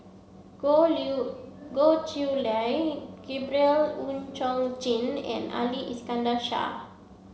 Goh Goh Chiew Lye Gabriel Oon Chong Jin and Ali Iskandar Shah